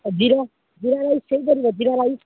ଆଉ zero jeera rice ହୋଇପାରିବ jeera rice